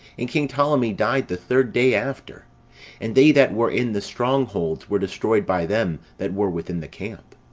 and king ptolemee died the third day after and they that were in the strong holds were destroyed by them that were within the camp.